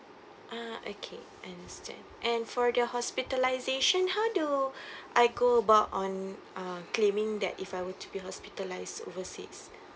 ah okay understand and for the hospitalisation how do I go about on uh claiming that if I will to be hospitalised overseas